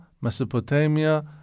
Mesopotamia